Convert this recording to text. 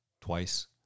twice